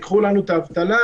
אז ייקחו לנו את דמי האבטלה?